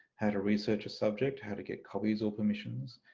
how to research a subject, how to get copies or permissions,